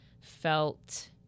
felt